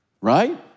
Right